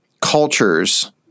cultures